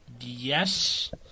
yes